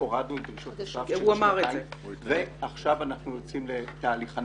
הורדנו את דרישות הסף ועכשיו אנחנו יוצאים למכרז חדש.